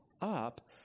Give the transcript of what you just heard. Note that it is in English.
up